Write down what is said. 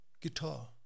Guitar